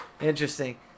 Interesting